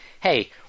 hey